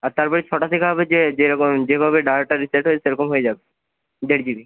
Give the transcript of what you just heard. আর তারপরে ছটা থেকে আবার যে যেরকম যেভাবে ডাটাটা রিচার্জ হয় সেরকম হয়ে যাবে দেড় জি বি